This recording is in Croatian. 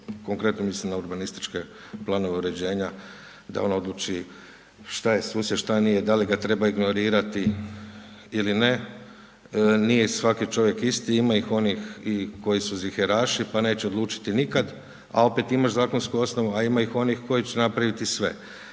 konkretno mislim na urbanističke planove uređenja, da ono odluči, šta je …/Govornik se ne razumije./… šta nije, da li ga treba ignorirati ili ne. Nije svaki čovjek isti, ima ih onih koji su ziheraši, pa neće odlučiti nikad, a opet imaš zakonsku osnovnu, a ima i onih koji će napraviti sve.